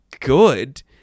good